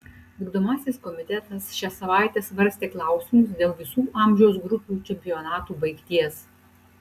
vykdomasis komitetas šią savaitę svarstė klausimus dėl visų amžiaus grupių čempionatų baigties